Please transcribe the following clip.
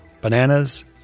Bananas